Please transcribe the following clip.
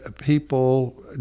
people